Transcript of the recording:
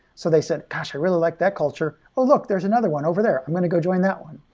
so they said, gosh! i really like that culture. look, there's another one over there. i'm going to go join that one.